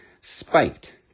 spiked